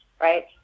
right